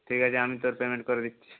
ঠিক আছে আমি তোর পেমেন্ট করে দিচ্ছি